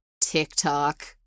TikTok